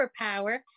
superpower